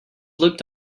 looked